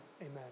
Amen